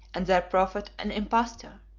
and their prophet an impostor.